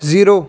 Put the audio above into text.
zero